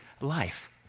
life